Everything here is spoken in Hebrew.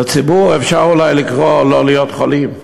לציבור אפשר אולי לקרוא לא להיות חולים,